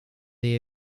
they